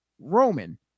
Roman